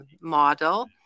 model